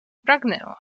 pragnęła